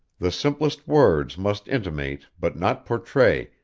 the simplest words must intimate, but not portray,